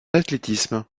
athlétisme